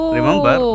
Remember